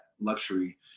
luxury